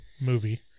movie